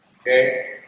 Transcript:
Okay